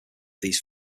these